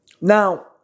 Now